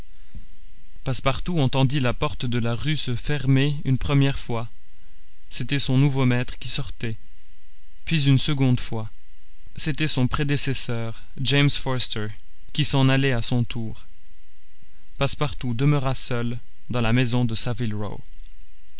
passepartout entendit la porte de la rue se fermer une première fois c'était son nouveau maître qui sortait puis une seconde fois c'était son prédécesseur james forster qui s'en allait à son tour passepartout demeura seul dans la maison de